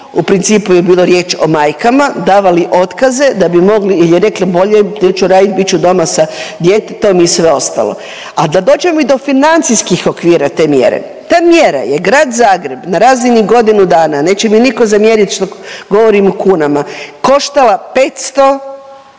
u principu je bilo riječ o majkama davali otkaze da bi mogli jer je rekla bolje neću raditi bit ću doma sa djetetom i sve ostalo. A da dođemo i do financijskih okvira te mjere. Ta mjera je Grad Zagreb na razini godinu dana, neće mi nitko zamjeriti što govorim u kunama koštala 500